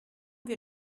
wir